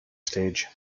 stage